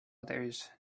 others